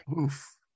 oof